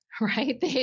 Right